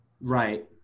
Right